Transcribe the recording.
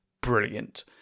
brilliant